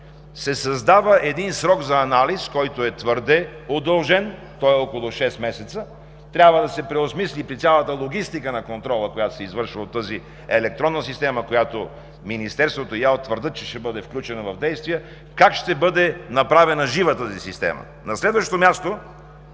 се създава един срок за анализ, който е твърде удължен. Той е около шест месеца. Трябва да се преосмисли при цялата логистика на контрола, която се извършва от тази електронна система, която Министерството и Изпълнителната агенция по лекарствата твърдят, че ще бъде включена в действие, как ще бъде направена жива тази система? На следващо място,